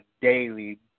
daily